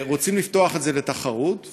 רוצים לפתוח את זה לתחרות,